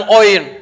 oil